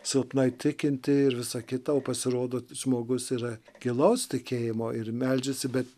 silpnai tikinti ir visa kita o pasirodo žmogus yra tylos tikėjimo ir meldžiasi bet